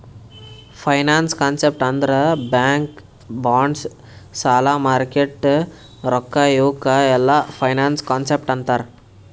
finance concept ಅಂದುರ್ bank bonds ಸಾಲ market ರೊಕ್ಕಾ ಇವುಕ್ ಎಲ್ಲಾ ಫೈನಾನ್ಸ್ ಕಾನ್ಸೆಪ್ಟ್ ಅಂತಾರ್